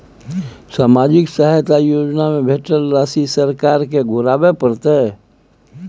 सामाजिक सहायता योजना में भेटल राशि सरकार के घुराबै परतै?